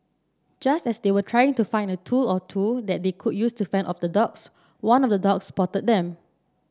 just as they were trying to find a tool or two that they could use to fend off the dogs one of the dogs spotted them